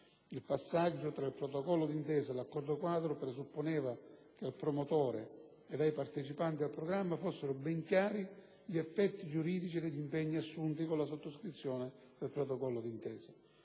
Il passaggio tra il protocollo d'intesa e l'accordo-quadro presupponeva che al promotore ed ai partecipanti al programma fossero ben chiari gli effetti giuridici degli impegni assunti con la sottoscrizione del protocollo d'intesa.